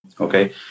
Okay